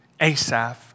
Asaph